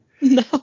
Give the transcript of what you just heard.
No